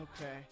Okay